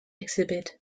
exhibit